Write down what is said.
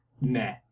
nah